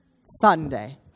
Sunday